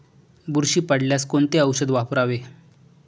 बुरशी पडल्यास कोणते औषध वापरावे?